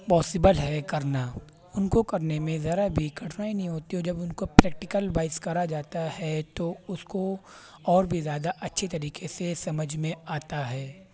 possible ہے کرنا ان کو کرنے میں ذرا بھی کٹھنائی نہیں ہوتی ہے اور جب ان کو پریکٹیل وائس کرا جاتا ہے تو اس کو اور بھی زیادہ اچھے طریقے سے سمجھ میں آتا ہے